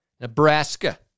Nebraska